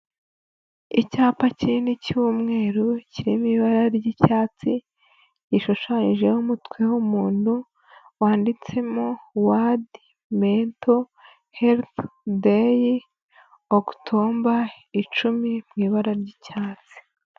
Icyapa kinini cy'umweru, kirimo ibara ry'icyatsi, gishushanyijeho umutwe w'umuntu, wanditsemo wadi mento helifu deyi okutomba icumi, mu ibara ry'icyatsi.